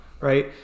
right